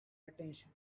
attention